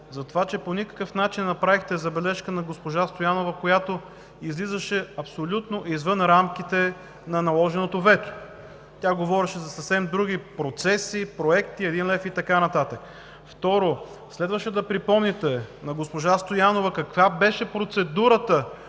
Затова, че по никакъв начин не направихте забележка на госпожа Стоянова, която излизаше абсолютно извън рамките на наложеното вето. Тя говореше за съвсем други процеси, проекти, един лев и така нататък. Второ, следваше да припомните на госпожа Стоянова каква беше процедурата